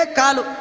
kalu